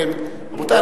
רבותי,